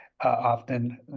often